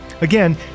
Again